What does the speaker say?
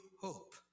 hope